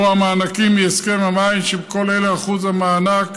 או המענקים מהסכם המים, שבכל אלה אחוז המענק